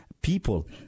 people